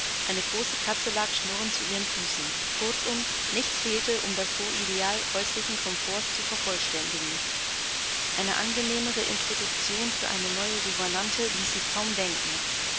eine große katze lag schnurrend zu ihren füßen kurzum nichts fehlte um das beau idal häuslichen komforts zu vervollständigen eine angenehmere introduktion für eine neue gouvernante ließ sich kaum denken